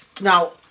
Now